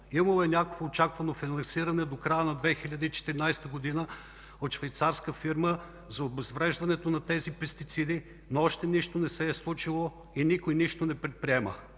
Имало е някакво очаквано финансиране до края на 2014 г. от швейцарска фирма за обезвреждането на тези пестициди, но още нищо не се е случило и никой нищо не предприема.